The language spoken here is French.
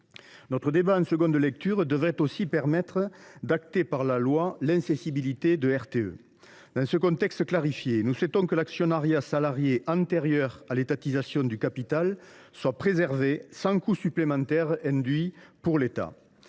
Notre débat en seconde lecture devrait aussi permettre d’acter, par la loi, l’incessibilité de RTE. Dans ce contexte clarifié, nous souhaitons que l’actionnariat salarié antérieur à l’étatisation du capital soit préservé, sans coût supplémentaire induit pour l’État.